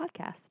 podcast